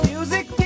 Music